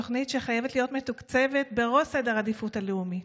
היא תוכנית שחייבת להיות מתוקצבת בראש סדר העדיפויות הלאומי.